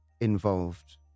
involved